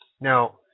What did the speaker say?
Now